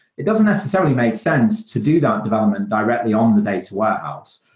it doesn't necessarily make sense to do that development directly on the data warehouse.